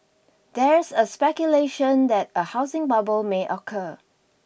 there is a speculation that a housing bubble may occur